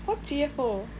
what C_F_O